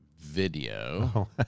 video